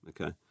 okay